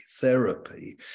therapy